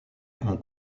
ont